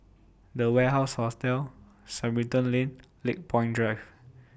The Warehouse Hostel Sarimbun Lane Lakepoint Drive